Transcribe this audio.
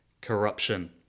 corruption